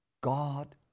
God